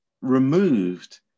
removed